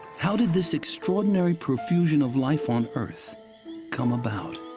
how did this extraordinary profusion of life on earth come about?